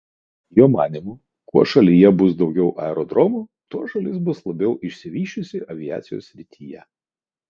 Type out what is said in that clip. jo manymu kuo šalyje bus daugiau aerodromų tuo šalis bus labiau išsivysčiusi aviacijos srityje